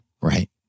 Right